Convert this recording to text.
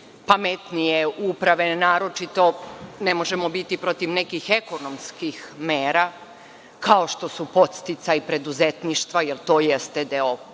pametnije uprave, naročito ne možemo biti protiv nekih ekonomskih mera, kao što su podsticaj preduzetništva, jer to jeste deo